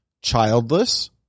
childless